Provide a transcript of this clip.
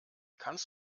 kannst